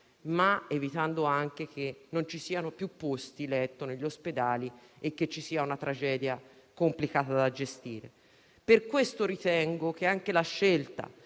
ma evitando anche che non ci siano più posti letto negli ospedali e che ci sia una tragedia complicata da gestire. Ritengo pertanto che anche la scelta